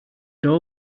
door